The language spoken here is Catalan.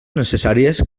necessàries